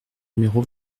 numéro